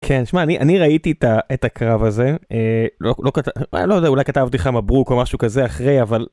כן, שמע, אני אני ראיתי את הקרב הזה. לא כתבתי, לא יודע, אולי כתבתי לך מברוק או משהו כזה אחרי, אבל